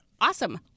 Awesome